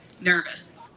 nervous